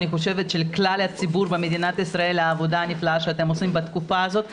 כלל הציבור במדינת ישראל על העבודה הנפלאה שאתם עושים בתקופה הזאת.